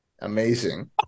Amazing